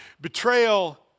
Betrayal